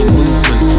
movement